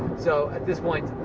so, at this point,